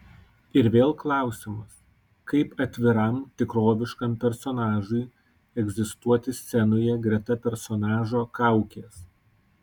ir vėl klausimas kaip atviram tikroviškam personažui egzistuoti scenoje greta personažo kaukės